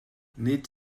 nid